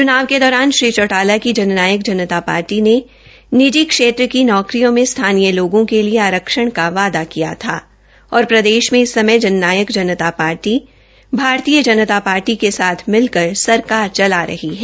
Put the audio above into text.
चनाव के दौरान श्री चौटाला की जन नायक जनता पार्टी ने निजी क्षेत्र की नौकरियों में स्थानीय लोगों के लिए आरक्षण का वायदा किया था और प्रदेश में इस समय जननायक जनता पार्टी भारतीय जनता पार्टी के साथ मिलकर सरकार चला रही है